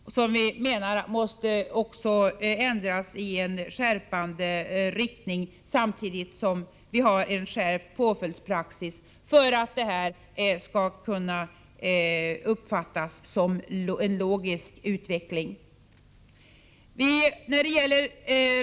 Vi menar att denna måste ändras i en skärpande riktning, vilket tillsammans med en skärpt påföljdspraxis skall kunna uppfattas som en logisk utveckling.